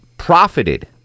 Profited